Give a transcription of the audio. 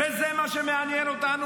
וזה מה שמעניין אותנו,